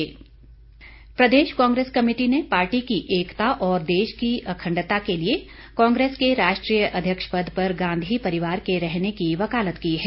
कांग्रेस प्रदेश कांग्रेस कमेटी ने पार्टी की एकता और देश की अखंडता के लिए कांग्रेस के राष्ट्रीय अध्यक्ष पद पर गांधी परिवार के रहने की वकालत की है